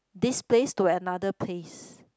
this place to another place